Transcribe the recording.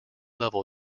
level